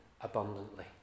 abundantly